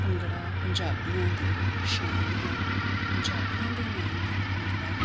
ਭੰਗੜਾ ਪੰਜਾਬੀਆਂ ਦੀ ਸ਼ਾਨ ਹੈ ਪੰਜਾਬੀਆਂ ਦੇ ਨਾਲ ਨਾਲ ਭੰਗੜਾ